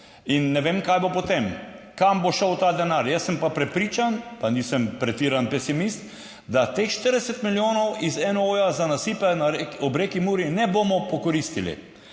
in ne vem, kaj bo potem, kam bo šel ta denar. Jaz sem pa prepričan, pa nisem pretiran pesimist, da teh 40 milijonov iz NOO za nasipe ob reki Muri ne bomo pokoristili.